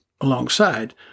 alongside